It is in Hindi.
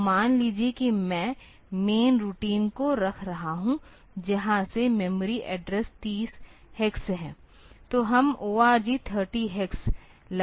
तो मान लीजिए कि मैं मैन रूटीन को रख रहा हूं जहां से मेमोरी एड्रेस 3 0 हेक्स है